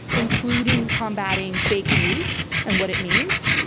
including combating fake news and what it means.